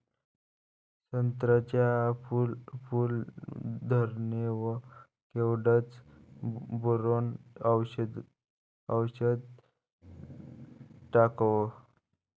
संत्र्याच्या फूल धरणे वर केवढं बोरोंन औषध टाकावं?